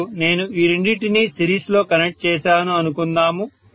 ఇప్పుడు నేను ఈ రెండింటిని సిరీస్లో కనెక్ట్ చేసాను అనుకుందాము